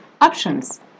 Options